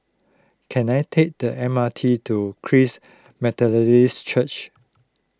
can I take the M R T to Christ Methodist Church